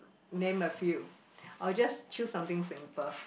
name a few I'll just choose something simple